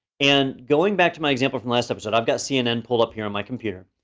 and going back to my example from last episode, i've got cnn pulled up here on my computer,